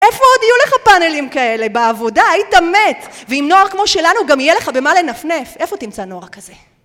איפה עוד יהיו לך פאנלים כאלה? בעבודה?! היית מת! ואם נוער כמו שלנו, גם יהיה לך במה לנפנף. איפה תמצא נוער כזה?